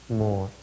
more